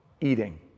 eating